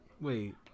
Wait